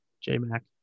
J-Mac